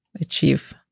achieve